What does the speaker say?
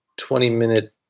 20-minute